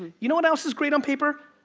you know what else is great on paper?